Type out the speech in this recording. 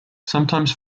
sometimes